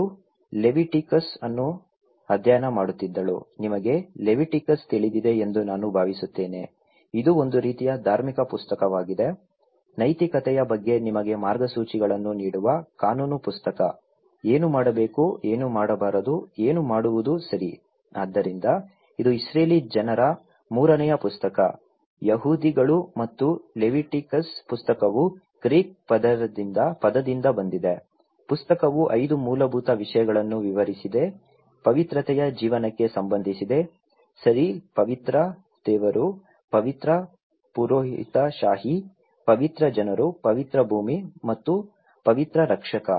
ಅವಳು ಲೆವಿಟಿಕಸ್ ಅನ್ನು ಅಧ್ಯಯನ ಮಾಡುತ್ತಿದ್ದಳು ನಿಮಗೆ ಲೆವಿಟಿಕಸ್ ತಿಳಿದಿದೆ ಎಂದು ನಾನು ಭಾವಿಸುತ್ತೇನೆ ಇದು ಒಂದು ರೀತಿಯ ಧಾರ್ಮಿಕ ಪುಸ್ತಕವಾಗಿದೆ ನೈತಿಕತೆಯ ಬಗ್ಗೆ ನಿಮಗೆ ಮಾರ್ಗಸೂಚಿಗಳನ್ನು ನೀಡುವ ಕಾನೂನು ಪುಸ್ತಕ ಏನು ಮಾಡಬೇಕು ಏನು ಮಾಡಬಾರದು ಏನು ಮಾಡುವುದು ಸರಿ ಆದ್ದರಿಂದ ಇದು ಇಸ್ರೇಲಿ ಜನರ ಮೂರನೇ ಪುಸ್ತಕ ಯಹೂದಿಗಳು ಮತ್ತು ಲೆವಿಟಿಕಸ್ ಪುಸ್ತಕವು ಗ್ರೀಕ್ ಪದದಿಂದ ಬಂದಿದೆ ಪುಸ್ತಕವು ಐದು ಮೂಲಭೂತ ವಿಷಯಗಳನ್ನು ವಿವರಿಸಿದೆ ಪವಿತ್ರತೆಯ ಜೀವನಕ್ಕೆ ಸಂಬಂಧಿಸಿದೆ ಸರಿ ಪವಿತ್ರ ದೇವರು ಪವಿತ್ರ ಪುರೋಹಿತಶಾಹಿ ಪವಿತ್ರ ಜನರು ಪವಿತ್ರ ಭೂಮಿ ಮತ್ತು ಪವಿತ್ರ ರಕ್ಷಕ